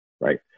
right